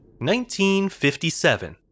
1957